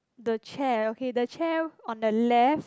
the chair okay the chair on the left